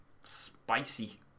Spicy